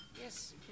Yes